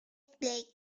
blake